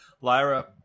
lyra